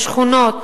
בשכונות,